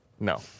No